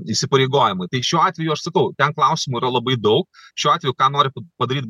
įsipareigojimai tai šiuo atveju aš sakau ten klausimų yra labai daug šiuo atveju ką nori padaryt